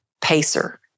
pacer